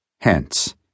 Hence